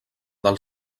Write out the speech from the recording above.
del